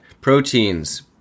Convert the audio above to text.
proteins